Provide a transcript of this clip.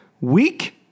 week